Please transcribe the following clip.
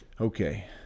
Okay